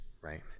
right